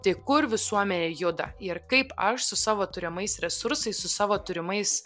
tai kur visuomenė juda ir kaip aš su savo turimais resursais su savo turimais